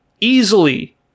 easily